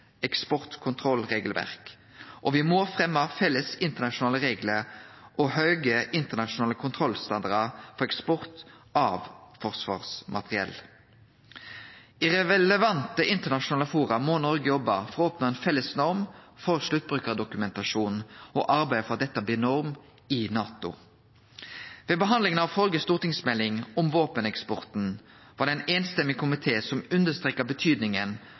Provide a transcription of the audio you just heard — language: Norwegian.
eksportkontrollregelverk, og me må fremje felles internasjonale reglar og høge internasjonale kontrollstandardar for eksport av forsvarsmateriell. I relevante internasjonale forum må Noreg jobbe for å oppnå ei felles norm for sluttbrukardokumentasjon og arbeide for at dette blir norm i NATO. Ved behandlinga av førre stortingsmelding om våpeneksporten var det ein samrøystes komité som